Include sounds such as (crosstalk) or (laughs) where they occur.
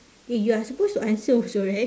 eh you are supposed to answer also right (laughs)